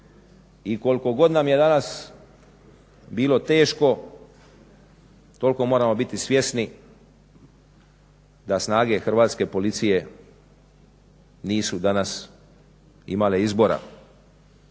I koliko god nam je danas bilo teško toliko moramo biti svjesni da snage Hrvatske policije nisu danas imale izbora.